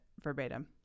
verbatim